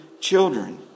children